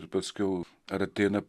ir paskiau ar ateina